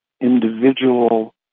individual